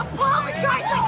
Apologize